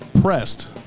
Pressed